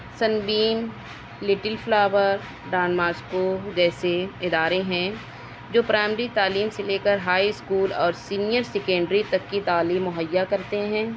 سن بین little flower Don Bosco جیسے ادارے ہیں جو پرائمری تعلیم سے لے کر ہائی اسکول اور سینئر سیکنڈری تک کی تعلیم مہیا کرتے ہیں